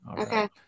Okay